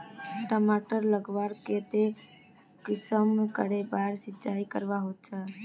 टमाटर उगवार केते कुंसम करे बार सिंचाई करवा होचए?